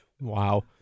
wow